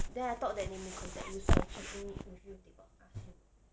then I thought that they may contact you so I am checking with you they got ask you